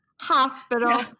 hospital